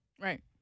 right